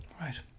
Right